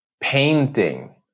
painting